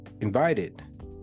invited